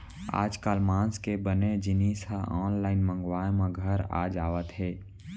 आजकाल मांस के बने जिनिस ह आनलाइन मंगवाए म घर आ जावत हे